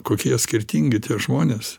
kokie skirtingi tie žmonės